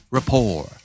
Rapport